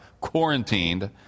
quarantined